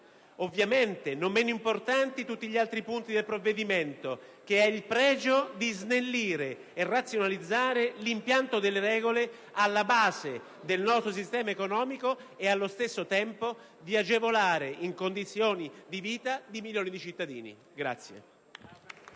Ovviamente, non meno importanti sono tutti gli altri punti del provvedimento, che ha il pregio di snellire e razionalizzare l'impianto delle regole che sta alla base del nostro sistema economico e, allo stesso tempo, di agevolare le condizioni di vita di milioni di cittadini.